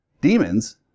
demons